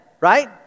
right